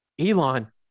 Elon